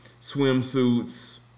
swimsuits